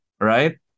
right